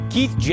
Keith